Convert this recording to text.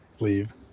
leave